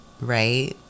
right